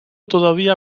todavía